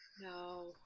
No